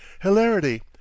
hilarity